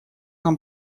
нам